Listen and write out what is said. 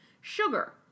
Sugar